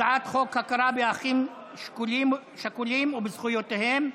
הצעת חוק הכרה באחים שכולים ובזכויותיהם.